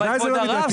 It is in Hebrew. ודאי שזה לא מידתי,